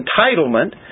entitlement